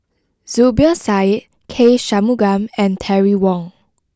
Zubir Said K Shanmugam and Terry Wong